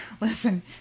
Listen